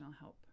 help